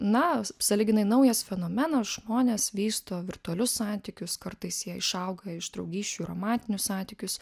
na sąlyginai naujas fenomenas žmonės vysto virtualius santykius kartais jie išauga iš draugysčių į romantinius santykius